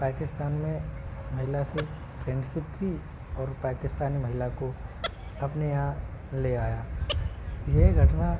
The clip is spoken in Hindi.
पाकिस्तान में महिला से फ्रेंडशिप की और पाकिस्तानी महिला को अपने यहाँ ले आया ये घटना